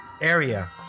area